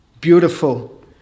beautiful